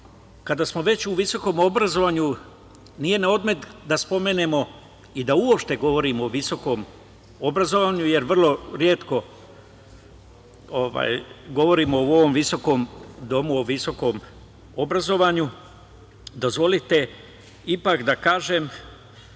smo već u visokom obrazovanju, nije na odmet da spomenemo i da uopšte govorimo o visokom obrazovanju, jer vrlo retko govorimo u ovom viskom domu o visokom obrazovanju, dozvolite ipak da kažem